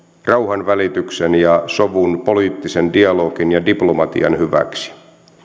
rauhanvälityksen ja sovun poliittisen dialogin ja diplomatian hyväksi